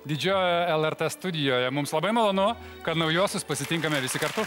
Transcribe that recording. didžiojoje lrt studijoje mums labai malonu kad naujuosius pasitinkame visi kartu